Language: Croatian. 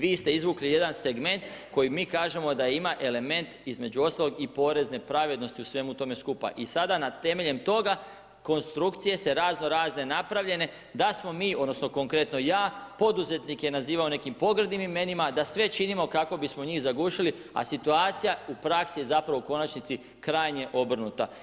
Vi ste izvukli jedan segment koji mi kažemo da ima element između ostalog i porezne pravednosti u svemu tome skupa i sada temeljem toga, konstrukcije su raznorazne napravljene da smo mi odnosno konkretno ja, poduzetnike nazivao nekim pogrdnim imenima, da sve činimo kako bismo njih zagušili a situacija u praksi, zapravo u konačnici je krajnje obrnuta.